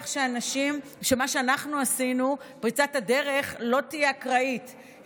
שפריצת הדרך שאנחנו עשינו לא תהיה אקראית,